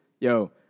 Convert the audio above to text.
Yo